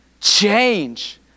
change